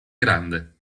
grande